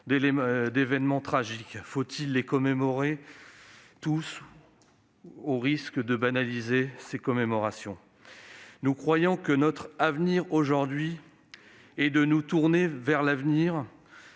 d'événements tragiques. Faut-il les commémorer tous, au risque de banaliser les commémorations ? Nous en sommes persuadés : notre devoir est aujourd'hui de nous tourner vers l'avenir.